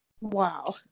Wow